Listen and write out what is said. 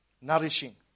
nourishing